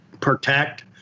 protect